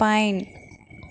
pine